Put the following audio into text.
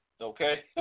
Okay